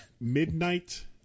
midnight